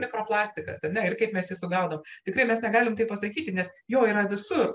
mikroplastikas ar ne ir kaip mes jį sugaudom tikrai mes negalime taip pasakyti nes jo yra visur